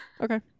Okay